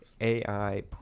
AI